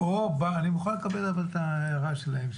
אבל אני מוכן לקבל את ההערה שלהם,